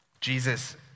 Jesus